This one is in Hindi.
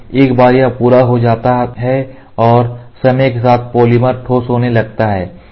तो एक बार यह पूरा हो जाता है और समय के साथ पॉलीमर ठोस होने लगता है